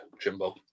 Jimbo